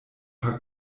paar